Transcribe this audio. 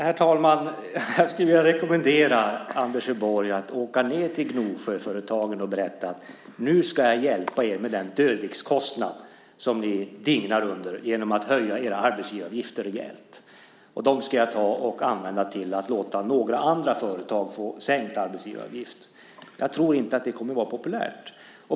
Herr talman! Jag skulle vilja rekommendera Anders E Borg att åka ned till Gnosjöföretagen och säga: Nu ska jag hjälpa er med den dödviktskostnad som ni dignar under genom att höja era arbetsgivaravgifter rejält. De pengarna ska jag ta och använda till att låta några andra företag få sänkt arbetsgivaravgift. Jag tror inte att det kommer att vara populärt.